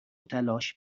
تلاش